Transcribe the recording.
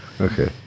okay